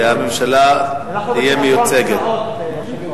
שהממשלה תהיה מיוצגת.